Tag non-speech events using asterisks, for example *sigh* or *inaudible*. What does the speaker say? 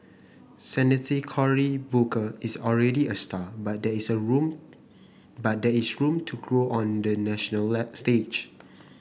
Senator Cory Booker is already a star but there is a room but there is a room to grow on the national *unintelligible* stage